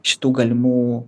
šitų galimų